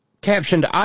captioned